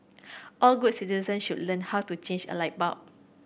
all good citizen should learn how to change a light bulb